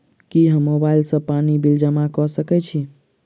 की हम मोबाइल सँ पानि बिल जमा कऽ सकैत छी?